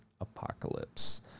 Apocalypse